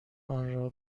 آنرا